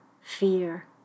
fear